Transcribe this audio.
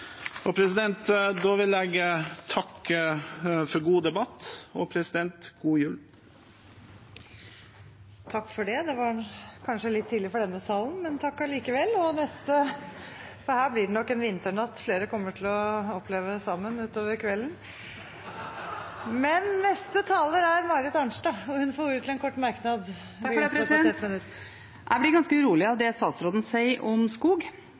jul, president. Takk for det. Det var kanskje litt tidlig for denne salen, for her kommer nok flere til å oppleve en vinternatt sammen utover kvelden. Men takk allikevel. Representanten Marit Arnstad har hatt ordet to ganger tidligere i debatten og får ordet til en kort merknad, begrenset til 1 minutt. Jeg blir ganske urolig av det statsråden sier om skog,